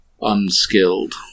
unskilled